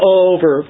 over